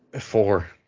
Four